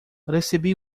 recebi